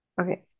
Okay